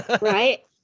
Right